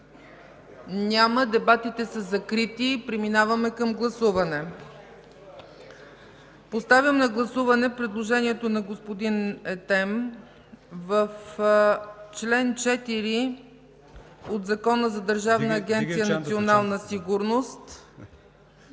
Няма. Дебатите са закрити, преминаваме към гласуване. Поставям на гласуване предложението на господин Етем в чл. 4 от Закона за Държавна агенция „Национална сигурност”